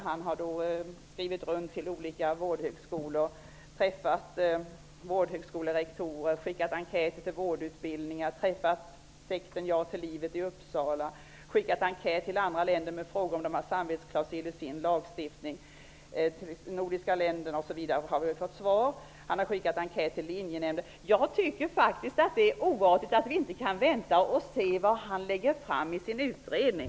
Han har skrivit till olika vårdhögskolor, träffat rektorer vid skolorna och skickat enkäter till vårdhögskolor. Han har träffat representanter för sekten Ja till livet i Uppsala. Han har även i enkäter till andra länder frågat om de har samvetsklausuler i sin lagstiftning. Han har även skickat enkäter till linjenämnder. Jag tycker att det vore märkligt om vi inte kunde vänta och se vad han kommer fram till i sin utredning.